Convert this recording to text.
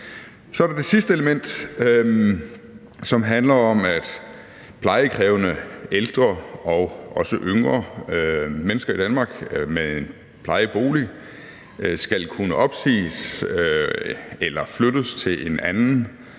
Så er der det sidste element, som handler om, at plejekrævende ældre, og også yngre mennesker i Danmark med en plejebolig, skal kunne opsiges eller flyttes til en anden